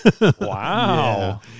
wow